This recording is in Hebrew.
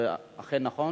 נכון?